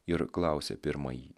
ir klausė pirmąjį